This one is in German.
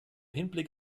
hinblick